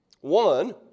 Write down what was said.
One